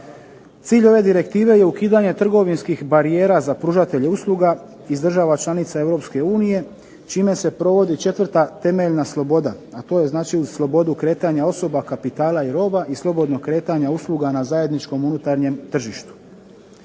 Cilj ove Direktive je ukidanje trgovinskih barijera za pružatelje usluga iz država članica Europske unije čime se provodi četvrta temeljna sloboda, a to je znači uz slobodu kretanja osoba, kapitala i roba i slobodno kretanje usluga na zajedničkom unutarnjem tržištu.